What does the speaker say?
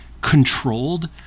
controlled